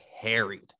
carried